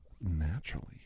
naturally